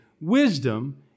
Wisdom